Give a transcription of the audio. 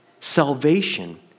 Salvation